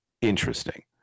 interesting